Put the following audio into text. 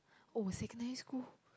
oh secondary school